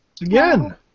Again